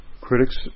Critics